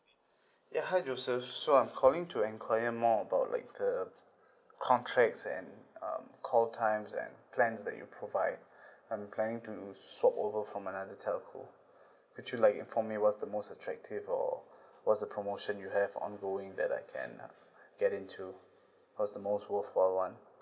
ya hi joseph so I'm calling to enquire more about like the contracts and um call times and plans that you provide I'm trying to swap over from another telco could you like inform me what's the most attractive or what's the promotion you have ongoing that I can um get into what's the most worthwhile [one]